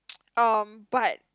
um but